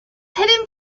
hidden